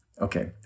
Okay